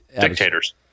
Dictators